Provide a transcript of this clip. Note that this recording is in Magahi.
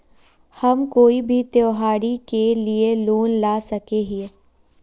हम कोई भी त्योहारी के लिए लोन ला सके हिये?